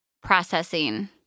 processing